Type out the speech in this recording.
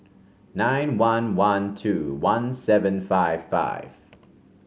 nine one one two one seven five five